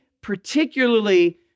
particularly